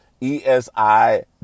ESI